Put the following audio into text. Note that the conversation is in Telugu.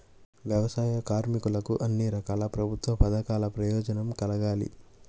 వ్యవసాయ కార్మికులకు అన్ని రకాల ప్రభుత్వ పథకాల ప్రయోజనం కలగాలి